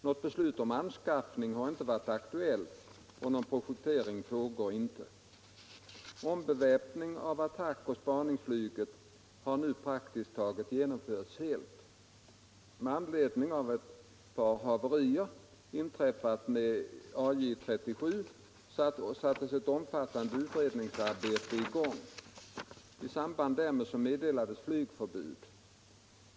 Något beslut om anskaffning har inte varit aktuellt och någon projektering pågår inte. Ombeväpningen av attackoch spaningsflyget har nu praktiskt taget genomförts helt. Med anledning av att ett par haverier inträffade med AJ 37 sattes ett omfattande utredningsarbete i gång. I samband därmed meddelades flygförbud.